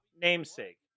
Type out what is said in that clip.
Namesake